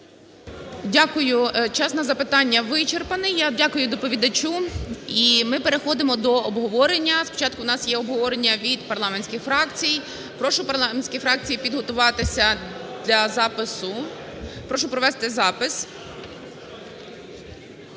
Дякую. Час на запитання вичерпаний. Я дякую доповідачу. І ми переходимо до обговорення. Спочатку у нас є обговорення від парламентських фракцій. Прошу парламентські фракції підготуватися для запису. Прошу провести запис.